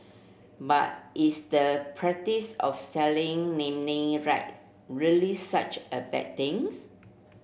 but is the practice of selling naming right really such a bad things